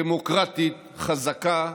דמוקרטית, חזקה,